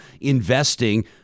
investing